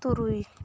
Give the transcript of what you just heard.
ᱛᱩᱨᱩᱭ